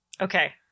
Okay